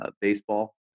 baseball